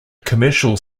commercial